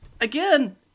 again